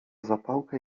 zapałkę